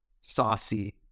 saucy